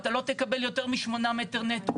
אתה לא תקבל יותר מ-8 מטר נטו'.